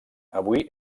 avui